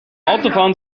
autofahren